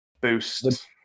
boost